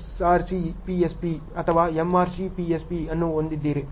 SRCPSP ಅಥವಾ MRCPSP ಅನ್ನು ಹೊಂದಿದ್ದೀರಿ